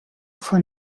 foar